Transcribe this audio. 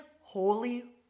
holy